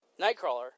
Nightcrawler